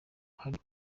hari